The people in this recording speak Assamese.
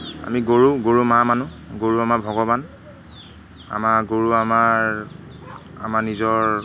আমি গৰু গৰু মা মানো গৰু আমাৰ ভগৱান আমাৰ গৰু আমাৰ আমাৰ নিজৰ